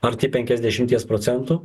arti penkiasdešimties procentų